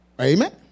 Amen